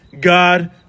God